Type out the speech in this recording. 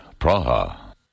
Praha